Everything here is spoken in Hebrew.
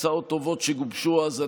הצעות טובות שגובשו אז,